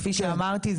כפי שאמרתי,